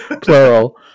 Plural